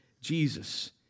Jesus